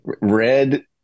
red